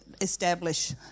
establish